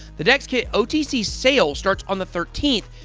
the dexkit otc sale starts on the thirteenth,